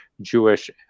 jewish